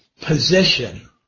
position